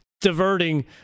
diverting